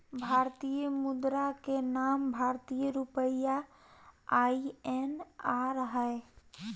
भारतीय मुद्रा के नाम भारतीय रुपया आई.एन.आर हइ